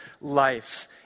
life